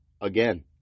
again